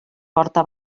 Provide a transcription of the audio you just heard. porta